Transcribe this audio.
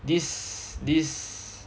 this this